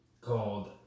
called